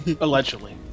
Allegedly